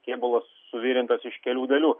kėbulas suvirintas iš kelių dalių